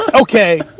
okay